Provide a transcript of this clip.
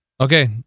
Okay